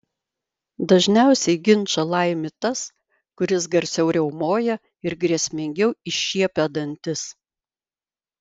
dažniausiai ginčą laimi tas kuris garsiau riaumoja ir grėsmingiau iššiepia dantis